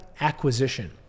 acquisition